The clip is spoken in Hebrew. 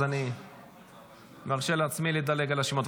אז אני מאפשר לעצמי לדלג על השמות.